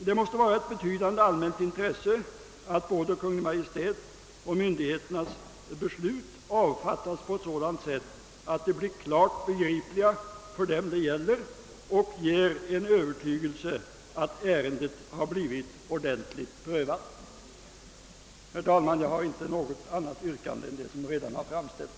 Det måste vara ett betydande allmänt intresse att både Kungl. Maj:ts och myndigheternas beslut avfattas på sådant sätt att de blir klart begripliga för dem det gäller och övertygar vederbörande om att ärendet har blivit ordentligt prövat. Herr talman! Jag har inte något annat yrkande än det som redan framställts.